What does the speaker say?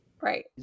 right